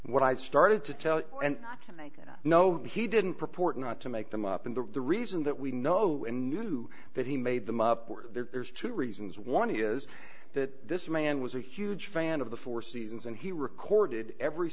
what i'd started to tell and i know he didn't purport not to make them up in the reason that we know and knew but he made them up or there's two reasons one is that this man was a huge fan of the four seasons and he recorded every